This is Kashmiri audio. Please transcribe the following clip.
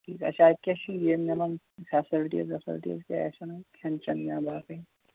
ٹھیٖک اچھا اَتہِ کیٛاہ چھِ یہِ مِلان فیسَلٹیٖز ویسَلٹیٖز کیٛاہ آسَن اَتہِ کھٮ۪ن چٮ۪ن یا باقٕے